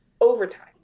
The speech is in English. overtime